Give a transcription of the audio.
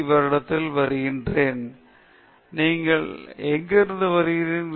பேராசிரியர் பிரதாப் ஹரிதாஸ் நீங்கள் எங்கிருந்து வந்துள்ளீர்கள்